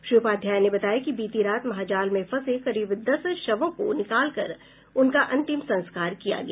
श्री उपाध्याय ने बताया कि बीती रात महाजाल में फंसे करीब दस शवों को निकालकर उनका अंतिम संस्कार किया गया